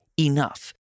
enough